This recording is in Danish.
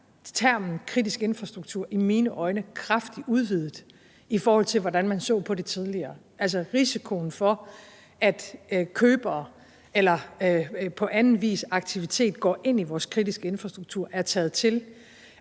termen kritisk infrastruktur er i mine øjne kraftigt udvidet, i forhold til hvordan man så på det tidligere. Risikoen for, at købere eller anden form for aktivitet går ind i vores kritiske infrastruktur, er taget til,